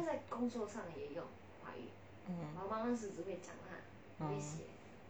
oh